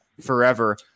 forever